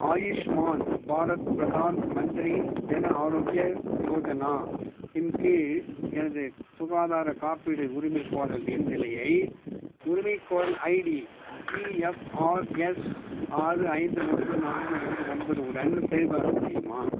ஆயுஷ்மான் பாரத் பிரதான் மந்திரி ஜன ஆரோக்ய யோஜனா இன் கீழ் எனது சுகாதாரக் காப்பீடு உரிமைக்கோரலின் நிலையை உரிமைக்கோரல் ஐடி ஜிஎஃப்ஆர்எஸ் ஆறு ஐந்து ஒன்று நான்கு ஒன்று ஒன்பது உடன் சரிபார்க்க முடியுமா